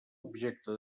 objecte